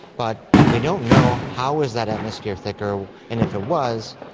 but we don't know how was that atmosphere thicker, and if it was,